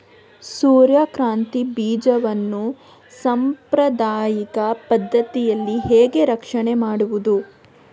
ಸೂರ್ಯಕಾಂತಿ ಬೀಜವನ್ನ ಸಾಂಪ್ರದಾಯಿಕ ಪದ್ಧತಿಯಲ್ಲಿ ಹೇಗೆ ರಕ್ಷಣೆ ಮಾಡುವುದು